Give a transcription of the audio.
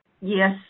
Yes